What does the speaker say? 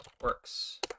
works